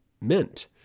meant